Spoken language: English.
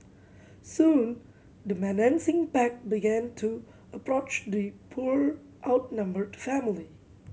soon the menacing pack began to approach the poor outnumbered family